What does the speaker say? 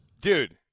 dude